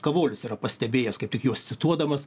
kavolis yra pastebėjęs kaip tik juos cituodamas